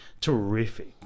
terrific